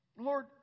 Lord